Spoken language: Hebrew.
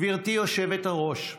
גברתי היושבת-ראש,